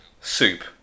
soup